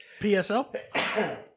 PSL